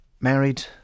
married